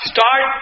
Start